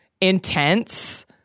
intense